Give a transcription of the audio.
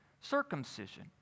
circumcision